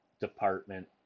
department